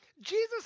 Jesus